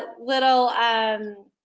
little